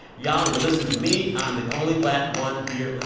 y'all need to listen to me. i'm the only black one here. like